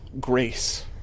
grace